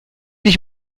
dich